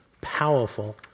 powerful